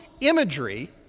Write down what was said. imagery